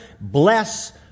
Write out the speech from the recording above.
bless